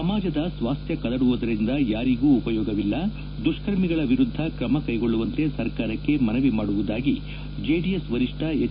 ಸಮಾಜದ ಸ್ವಾಸ್ಥ ಕದಡುವುದರಿಂದ ಯಾರಿಗೂ ಉಪಯೋಗವಿಲ್ಲ ದುಷ್ಕರ್ಮಿಗಳ ವಿರುದ್ದ ಕ್ರಮ ಕೈಗೊಳ್ಳುವಂತೆ ಸರ್ಕಾರಕ್ಕೆ ಮನವಿ ಮಾಡುವುದಾಗಿ ಜೆಡಿಎಸ್ ವರಿಷ್ಠ ಹೆಚ್